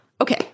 okay